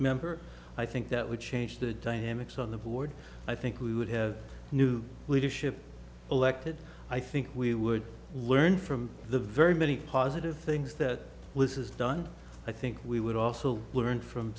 member i think that would change the dynamics on the board i think we would have new leadership elected i think we would learn from the very many positive things that lissa's done i think we would also learn from